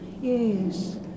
Yes